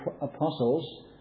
apostles